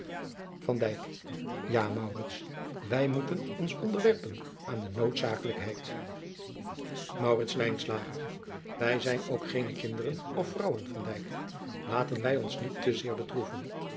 maurits wij moeten ons onderwerpen aan de noodzakelijkheid maurits lijnslager wij zijn ook geene kinderen of vrouwen van dijk laten wij ons niet te zeer bedroeven